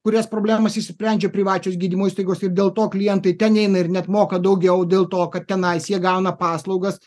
kurias problemas išsprendžia privačios gydymo įstaigos ir dėl to klientai ten eina ir net moka daugiau dėl to kad tenais jie gauna paslaugas